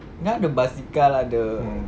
now the basikal ada